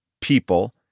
people